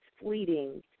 fleeting